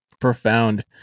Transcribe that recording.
Profound